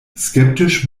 skeptisch